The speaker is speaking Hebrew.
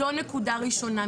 זו נקודה ראשונה.